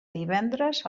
divendres